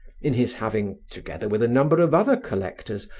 in his having, together with a number of other collectors,